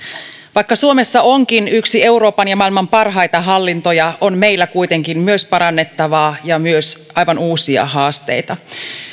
vaikka suomessa onkin yksi euroopan ja maailman parhaita hallintoja on meillä kuitenkin myös parannettavaa ja myös aivan uusia haasteita